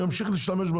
הוא ימשיך להשתמש,